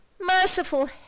Merciful